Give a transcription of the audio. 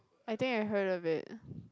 I think I heard of it